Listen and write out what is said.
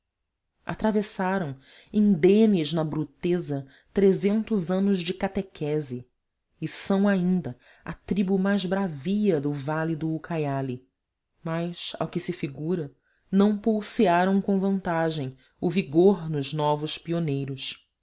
selvagem atravessaram indenes na bruteza trezentos anos de catequese e são ainda a tribo mais bravia do vale do ucaiali mas ao que se figura não pulsearam com vantagem o vigor nos novos pioneiros